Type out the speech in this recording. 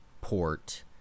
port